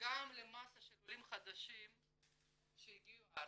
גם למסה של עולים חדשים שהגיעו ארצה,